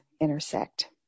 intersect